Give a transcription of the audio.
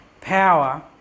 power